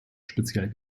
speziell